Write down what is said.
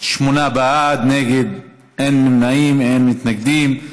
שמונה בעד, אין נמנעים, אין מתנגדים.